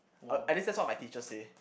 uh at least that's what my teacher say